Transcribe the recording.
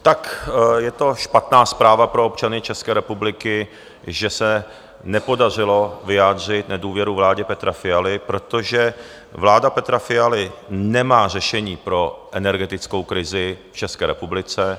Tak je to špatná zpráva pro občany České republiky, že se nepodařilo vyjádřit nedůvěru vládě Petra Fialy, protože vláda Petra Fialy nemá řešení pro energetickou krizi v České republice.